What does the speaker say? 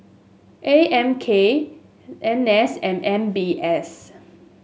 A M K N S and M B S